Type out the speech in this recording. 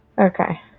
Okay